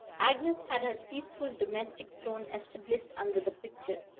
agnes had her peaceful domestic throne established under the picture.